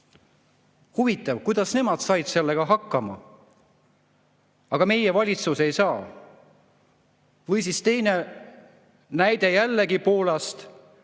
Huvitav, kuidas nemad said sellega hakkama, aga meie valitsus ei saa? Või siis teine näide, jällegi Poolast: